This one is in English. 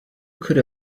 could